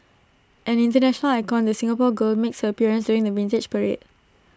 an International icon the Singapore girl makes her appearance during the Vintage Parade